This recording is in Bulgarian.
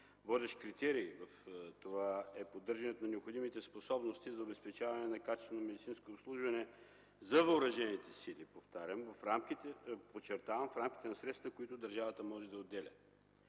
Водещ критерий в това е поддържането на необходимите способности за обезпечаване на качествено медицинско обслужване за въоръжените сили, повтарям, подчертавам, в рамките на средствата, които държавата може да отделя.